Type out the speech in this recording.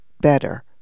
better